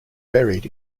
buried